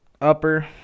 Upper